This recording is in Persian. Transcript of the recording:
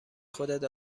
خودت